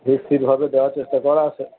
ধীর স্থীরভাবে দেওয়ার চেষ্টা কর